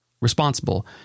responsible